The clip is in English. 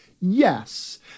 Yes